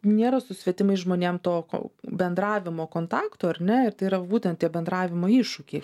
nėra su svetimais žmonėm to ko bendravimo kontakto ar ne ir tai yra būtent tie bendravimo iššūkiai